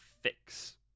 fix